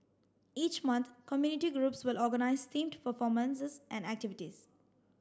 each month community groups will organise themed performances and activities